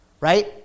Right